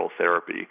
therapy